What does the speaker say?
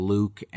Luke